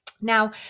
Now